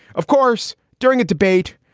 of course, during a debate.